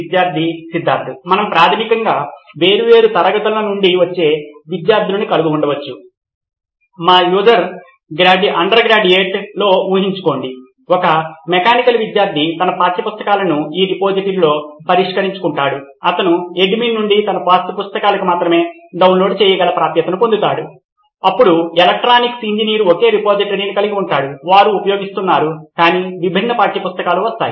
విద్యార్థి సిద్ధార్థ్ మనము ప్రాథమికంగా వేర్వేరు తరగతుల నుండి వచ్చే విద్యార్థులను కలిగి ఉండవచ్చు మా యుజి లో ఊహించుకోండి ఒక మెకానికల్ విద్యార్థి తన పాఠ్యపుస్తకాలను ఈ రిపోజిటరీలో పరిష్కరించుకుంటాడు అతను అడ్మిన్ నుండి తన పాఠ్యపుస్తకాలకు మాత్రమే డౌన్లోడ్ చేయగల ప్రాప్యతను పొందుతాడు అప్పుడు ఎలక్ట్రానిక్స్ ఇంజనీర్ ఒకే రిపోజిటరీని కలిగి ఉంటాడు వారు ఉపయోగిస్తున్నారు కాని విభిన్న పాఠ్య పుస్తకాలు వస్తాయి